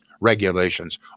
regulations